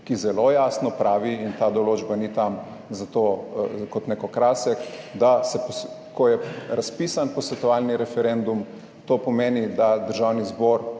ki zelo jasno pravi, in ta določba ni tam kot nek okrasek, da se, ko je razpisan posvetovalni referendum, to pomeni, da Državni zbor